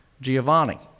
Giovanni